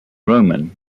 roman